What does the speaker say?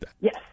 Yes